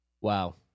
Wow